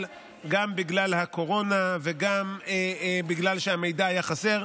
אבל גם בגלל הקורונה וגם בגלל שהמידע היה חסר,